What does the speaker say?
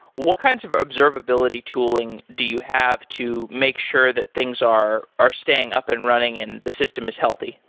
what kinds of observability tooling do you have to make sure that things are are staying up and running and the system is healthy?